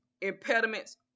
impediments